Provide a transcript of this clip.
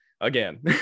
Again